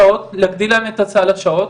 להגדיל להם את סל השעות,